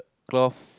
cloth